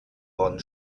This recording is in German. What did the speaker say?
von